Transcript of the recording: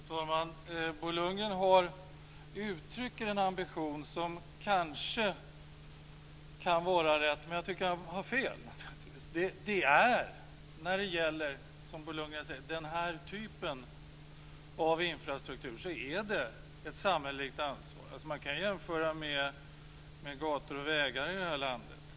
Fru talman! Bo Lundgren uttrycker en ambition som kanske kan vara riktig, men jag tycker att han har fel. När det gäller "den här typen av infrastruktur", som Bo Lundgren säger, är det ett samhälleligt ansvar. Man kan jämföra med gator och vägar i landet.